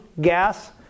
gas